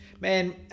Man